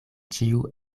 ĉiu